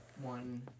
one